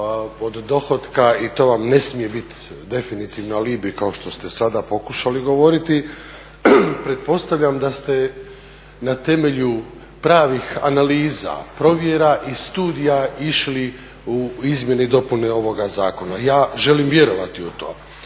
od dohotka i to vam ne smije biti definitivno alibi kao što ste sada pokušali govoriti. Pretpostavljam da ste na temelju pravih analiza, provjera i studija išli u izmjene i dopune ovoga zakona, ja želim vjerovati u to.